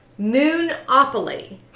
Moonopoly